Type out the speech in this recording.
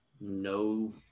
no